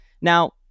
now